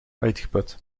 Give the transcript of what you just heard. uitgeput